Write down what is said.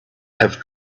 have